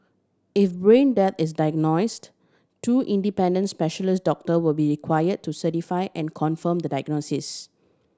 if brain death is diagnosed two independent specialist doctor will be require to certify and confirm the diagnosis